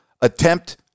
attempt